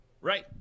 Right